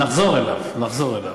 נחזור אליו, נחזור אליו,